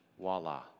Voila